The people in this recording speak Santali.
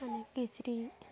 ᱢᱟᱱᱮ ᱠᱤᱪᱨᱤᱪ